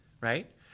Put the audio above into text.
right